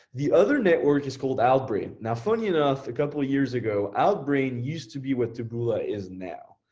the other network is called outbrain. now funny enough, a couple of years ago, outbrain used to be where taboola is now.